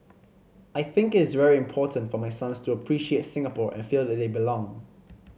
I think is very important for my sons to appreciate Singapore and feel that they belong